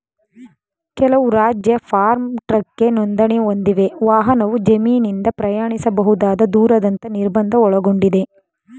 ಕೆಲವು ರಾಜ್ಯ ಫಾರ್ಮ್ ಟ್ರಕ್ಗೆ ನೋಂದಣಿ ಹೊಂದಿವೆ ವಾಹನವು ಜಮೀನಿಂದ ಪ್ರಯಾಣಿಸಬಹುದಾದ ದೂರದಂತ ನಿರ್ಬಂಧ ಒಳಗೊಂಡಿದೆ